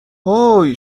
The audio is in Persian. هوووی